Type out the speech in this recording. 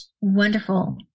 wonderful